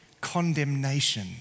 condemnation